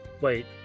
Wait